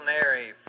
Mary